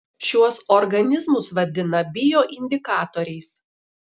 šiuos organizmus vadina bioindikatoriais